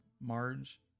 Marge